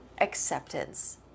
acceptance